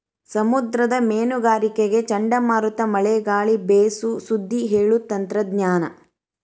ಸಮುದ್ರದ ಮೇನುಗಾರರಿಗೆ ಚಂಡಮಾರುತ ಮಳೆ ಗಾಳಿ ಬೇಸು ಸುದ್ದಿ ಹೇಳು ತಂತ್ರಜ್ಞಾನ